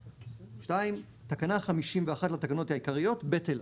2. תקנה 51 לתקנות העיקריות - בטלה.